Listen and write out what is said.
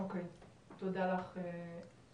אוקיי, תודה לך איה.